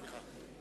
סליחה.